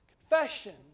Confession